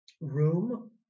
room